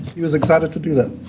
he was excited to do that.